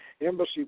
embassy